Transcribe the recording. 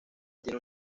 tiene